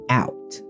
out